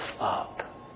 up